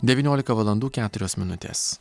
devyniolika valandų keturios minutės